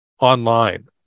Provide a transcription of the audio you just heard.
online